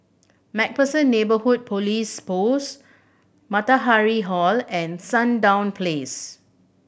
Macpherson Neighbourhood Police Post Matahari Hall and Sandown Place